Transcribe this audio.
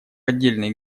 отдельные